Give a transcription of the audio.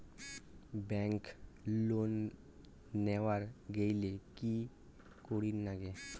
Bank loan নেওয়ার গেইলে কি করীর নাগে?